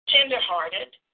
Tenderhearted